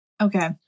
Okay